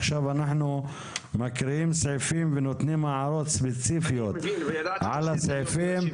עכשיו אנחנו מקריאים סעיפים ונותנים הערות ספציפיות על הסעיפים.